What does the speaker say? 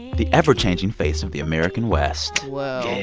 the ever-changing face of the american west. whoa